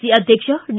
C ಅಧ್ಯಕ್ಷ D